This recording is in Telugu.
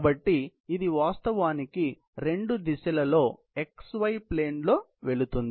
కాబట్టి ఇది వాస్తవానికి రెండు దిశలలో x y ప్లేన్ లో వెళుతుంది